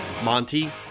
Monty